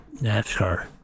NASCAR